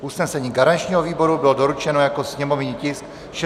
Usnesení garančního výboru bylo doručeno jako sněmovní tisk 689/5.